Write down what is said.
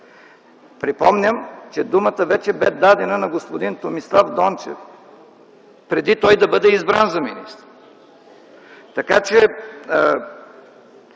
Припомням, че думата вече бе дадена на господин Томислав Дончев, преди той да бъде избран за министър. Струва